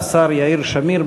השר יאיר שמיר,